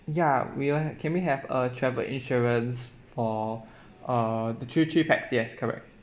ya we uh can we have a travel insurance for err the thr~ three pax yes correct